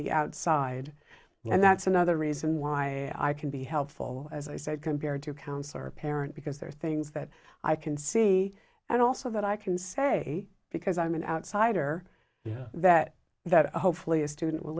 the outside and that's another reason why i can be helpful as i said compared to a counsellor or a parent because there are things that i can see and also that i can say because i'm an outsider that that hopefully a student will